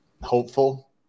hopeful